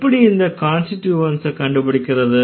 எப்படி இந்த கான்ஸ்டிட்யூவன்ட்ஸ கண்டுபிடிக்கறது